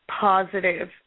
Positive